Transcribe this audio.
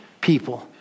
people